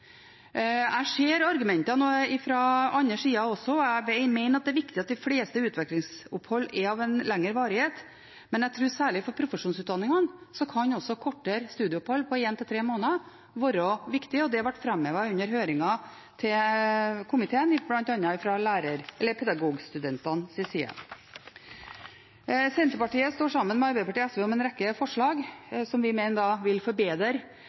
Jeg ser også argumentene fra den andre siden, og jeg mener det er viktig at de fleste utvekslingsopphold er av lengre varighet, men særlig for profesjonsutdanningene tror jeg også kortere studieopphold på én–tre måneder kan være viktig. Det ble også framhevet under komitéhøringen, bl.a. fra pedagogstudentenes side. Senterpartiet står sammen med Arbeiderpartiet og SV om en rekke forslag som vi mener vil forbedre